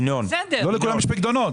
לא לכולם יש פיקדונות.